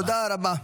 תודה רבה.